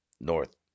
North